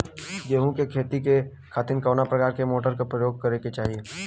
गेहूँ के खेती के खातिर कवना प्रकार के मोटर के प्रयोग करे के चाही?